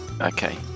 Okay